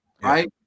right